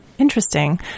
Interesting